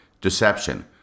deception